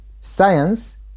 science